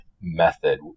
method